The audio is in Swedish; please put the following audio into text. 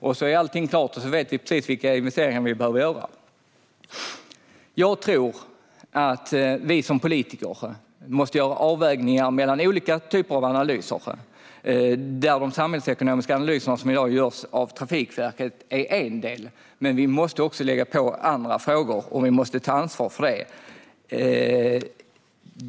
Sedan är allting klart, och vi vet precis vilka investeringar som vi behöver göra. Jag tror att vi som politiker måste göra avvägningar mellan olika typer av analyser där de samhällsekonomiska analyser som görs av Trafikverket är en del. Men vi måste också se till andra frågor, och vi måste ta ansvar för dem.